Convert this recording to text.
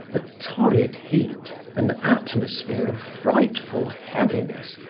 a torrid heat, an atmosphere of frightful heaviness,